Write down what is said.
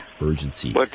urgency